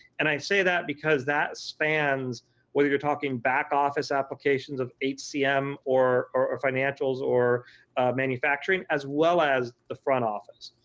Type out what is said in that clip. and i say that because that spans where you're talking back office applications of hcm or or financials or manufacturing as well as the front office.